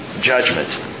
judgment